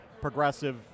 progressive